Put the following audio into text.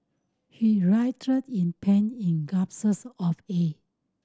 he writhed in pain in gasped of air